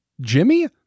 Jimmy